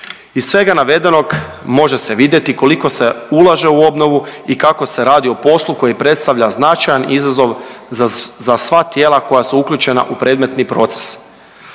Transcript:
Iz svega navedenog može se vidjeti koliko se ulaže u obnovu i kako se radi o poslu koji predstavlja značajan izazov za sva tijela koja su uključena u predmetni proces.